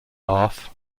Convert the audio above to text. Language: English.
laugh